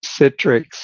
Citrix